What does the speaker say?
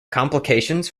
complications